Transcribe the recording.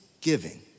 giving